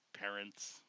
parents